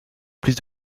plus